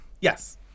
Yes